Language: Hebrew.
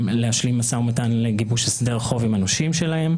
להשלים משא ומתן לגיבוש הסדר חוב עם הנושים שלהם.